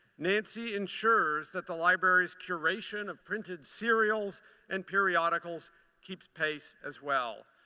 nancy ensures that the library's curation of printed serials and periodicals keeps pace as well.